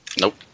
Nope